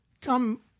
come